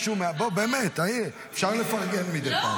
אבל אני --- באמת, אפשר לפרגן מדי פעם.